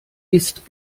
ist